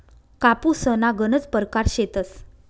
कापूसना गनज परकार शेतस